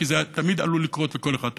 כי זה תמיד עלול לקרות לכל אחד.